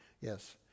Yes